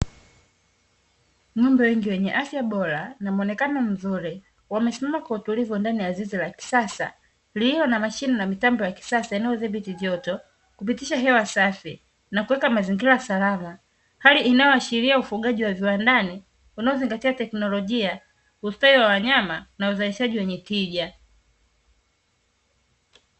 Ng'ombe wengi wenye afya bora na muonekano mzuri wamesimama kwa utulivu wa ndani ya zizi la kisasa lilio na mashine na mitambo ya kisasa inayodhibiti joto, kupitisha hewa safi na kuweka mazingira salama. Hali inayoashiria ufugaji wa viwandani unaozingatia teknolojia, ustawi wa wanyama na uzalishaji wenye tija.